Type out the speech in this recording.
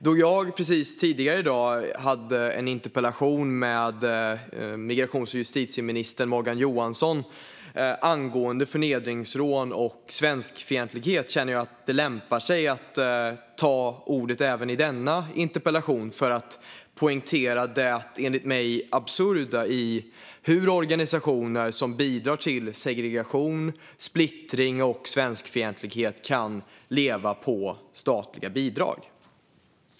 Då jag tidigare i dag hade en interpellationsdebatt med justitie och migrationsminister Morgan Johansson angående förnedringsrån och svenskfientlighet känner jag att det lämpar sig för mig att ta ordet även i denna interpellationsdebatt, för att poängtera det, enligt mig, absurda i att organisationer som bidrar till segregation, splittring och svenskfientlighet kan leva på statliga bidrag.